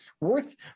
worth